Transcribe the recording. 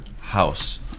house